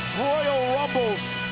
royal rumbles,